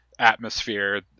Atmosphere